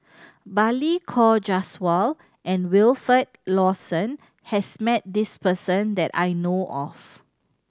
Balli Kaur Jaswal and Wilfed Lawson has met this person that I know of